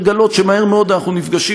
לגלות שמהר מאוד אנחנו נפגשים,